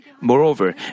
Moreover